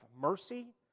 mercy